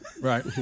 Right